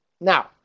Now